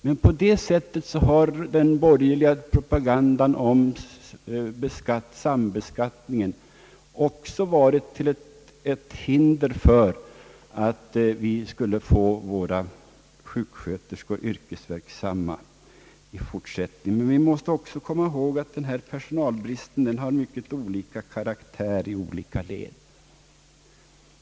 Men på det sättet har den borgerliga propagandan om sambeskattningen också varit ett hinder för att vi skulle få våra sjuksköterskor yrkesverksamma i fortsättningen. Vi måste också komma ihåg att denna personalbrist har mycket olika karaktär i olika län.